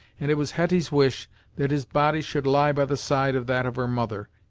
and it was hetty's wish that his body should lie by the side of that of her mother,